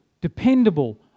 dependable